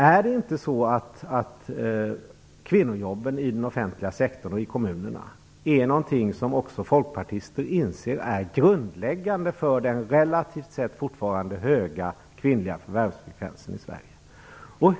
Är det inte så att kvinnojobben i den offentliga sektorn och i kommunerna är någonting som också folkpartister inser är grundläggande för den relativt sett fortfarande höga kvinnliga förvärvsfrekvensen i Sverige?